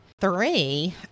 three